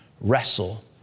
wrestle